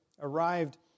arrived